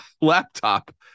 laptop